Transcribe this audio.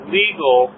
legal